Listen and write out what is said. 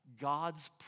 God's